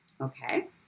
Okay